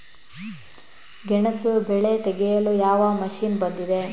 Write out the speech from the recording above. ಗೆಣಸು ಬೆಳೆ ತೆಗೆಯಲು ಯಾವ ಮಷೀನ್ ಬಂದಿದೆ?